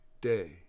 day